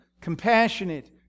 Compassionate